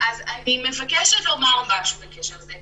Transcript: אז אני מבקשת לומר משהו בקשר לזה.